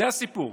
זה הסיפור.